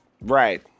right